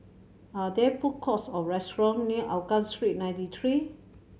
are there food courts or restaurant near Hougang Street Ninety Three